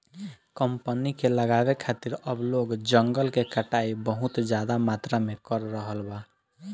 company के लगावे खातिर अब लोग जंगल के कटाई बहुत ज्यादा मात्रा में कर रहल बा